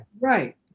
Right